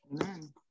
Amen